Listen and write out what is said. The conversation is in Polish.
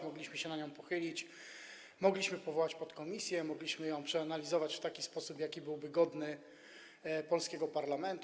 Mogliśmy się nad nią pochylić, mogliśmy powołać podkomisję, mogliśmy to przeanalizować w taki sposób, jaki byłby godny polskiego parlamentu.